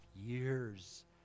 years